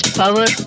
power